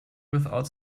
without